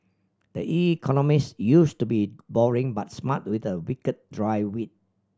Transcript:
the Economist used to be boring but smart with a wicked dry wit